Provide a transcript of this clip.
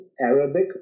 Arabic